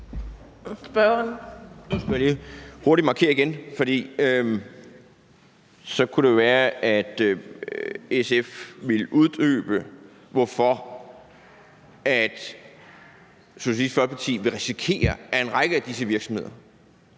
hurtig markere igen, for så kan det være, at SF vil uddybe, hvorfor SF vil risikere, at en række af disse virksomheder